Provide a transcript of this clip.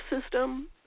system